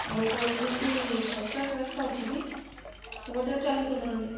ଆଉ କୌନସି ସର୍ଟକଟ୍ ରାସ୍ତା ଅଛି କି ସେ ବାଟରେ ଚାଲନ୍ତୁ ନହଲେ